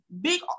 big